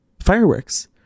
fireworks